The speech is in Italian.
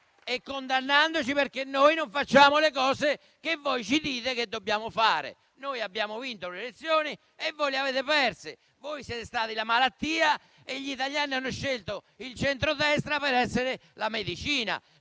avete fatto, e perché non facciamo le cose che ci dite che dobbiamo fare. Noi abbiamo vinto le elezioni e voi le avete perse: voi siete stati la malattia e gli italiani hanno scelto il centrodestra perché fosse la medicina;